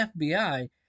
FBI